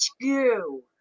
goo